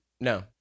No